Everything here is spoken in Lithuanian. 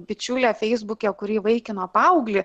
bičiulę feisbuke kuri įvaikino paauglį